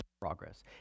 progress